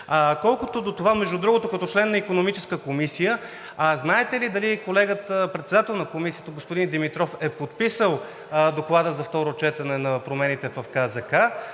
подразделение. Между другото, като член на Икономическата комисия, знаете ли дали колегата председател на Комисията господин Димитров е подписал Доклад за второ четене на промените в КЗК,